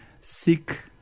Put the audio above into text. seek